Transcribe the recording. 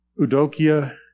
udokia